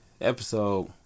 Episode